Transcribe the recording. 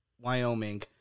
Wyoming